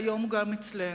והיום הוא גם אצלנו.